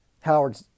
Howard